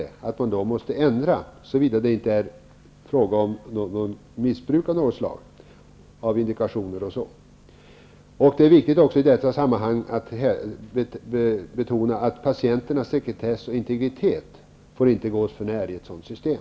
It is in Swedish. De skall inte vara tvungna att ändra sig, såvida det inte är fråga om missbruk av indikationer och sådant. Det är också viktigt att i detta sammanhang betona att patienternas sekretess och integritet inte får gås för nära i ett sådant system.